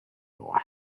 your